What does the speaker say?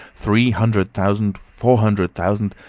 three hundred thousand, four hundred thousand!